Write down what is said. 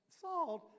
salt